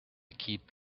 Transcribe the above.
keep